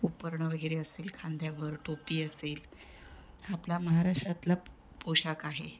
उपरणं वगैरे असेल खांद्यावर टोपी असेल आपला महाराष्ट्रातला पोशाख आहे